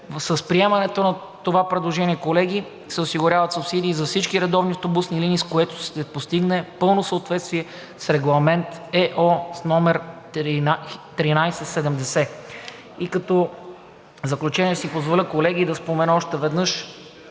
С приемането на това предложение, колеги, се осигуряват субсидии за всички редовни автобусни линии, с което ще се постигне пълно съответствие с Регламент ЕО/1370. Като заключение ще си позволя, колега, да спомена още веднъж,